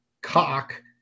cock